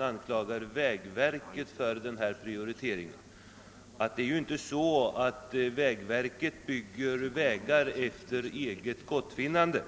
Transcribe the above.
anklagar vägverket för prioriteringen. Emellertid bygger inte vägverket vägar efter eget gottfinnande.